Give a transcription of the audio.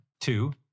two